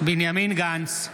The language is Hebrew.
בנימין גנץ,